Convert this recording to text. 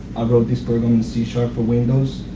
i wrote these programs for windows.